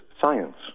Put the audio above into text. science